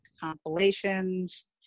compilations